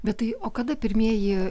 bet tai o kada pirmieji